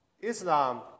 Islam